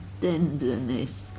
tenderness